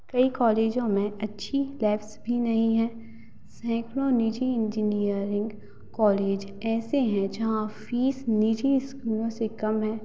कई कॉलेजों में अच्छी लैब्स भी नहीं हैं सैकड़ों निजी इंजीनियरिंग कॉलेज ऐसे हैं जहाँ फ़ीस निजी स्कूलों से कम हैं